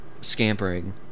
scampering